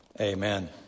Amen